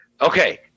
Okay